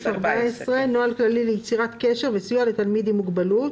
"נוהל כללי ליצירת קשר וסיוע לתלמיד עם מוגבלות